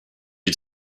had